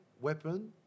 Weapon